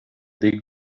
dic